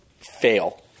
fail